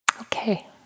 Okay